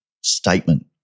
statement